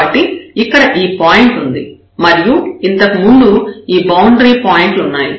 కాబట్టి ఇక్కడ ఈ పాయింట్ ఉంది మరియు ఇంతకు ముందు ఈ బౌండరీ పాయింట్లు ఉన్నాయి